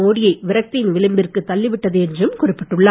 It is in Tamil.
மோடியை விரக்தியின் விளிம்பிற்குத் தள்ளிவிட்டது என்றும் குறிப்பிட்டுள்ளார்